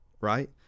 right